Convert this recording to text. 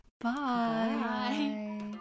Bye